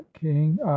king